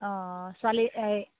অঁ ছোৱালী এই